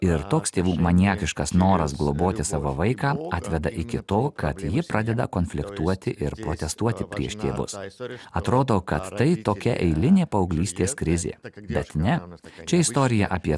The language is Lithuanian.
ir toks tėvų maniakiškas noras globoti savo vaiką atveda iki to kad ji pradeda konfliktuoti ir protestuoti prieš tėvus atrodo kad tai tokia eilinė paauglystės krizė bet ne čia istorija apie